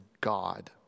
God